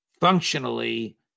Functionally